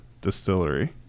distillery